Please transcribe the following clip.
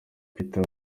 peter